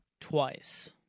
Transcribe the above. twice